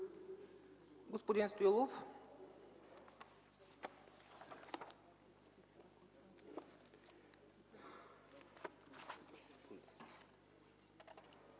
Господин Стоилов.